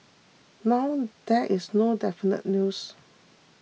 now there is no definite news